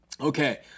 Okay